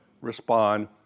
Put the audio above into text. respond